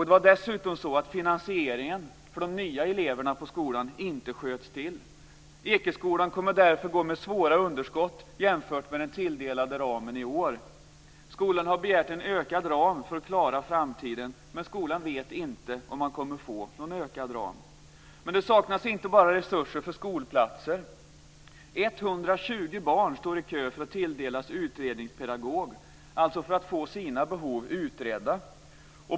Det var dessutom så att finansieringen för de nya eleverna på skolan inte sköts till. Ekeskolan kommer därför att gå med svåra underskott jämfört med den tilldelade ramen i år. Skolan har begärt mer pengar för att klara framtiden, men man vet inte om man kommer att få det. Det saknas inte bara resurser för skolplatser. 120 barn står i kö för att tilldelas utredningspedagog, dvs. för att få sina behov utredda.